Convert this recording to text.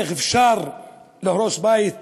איך אפשר להרוס בית